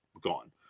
gone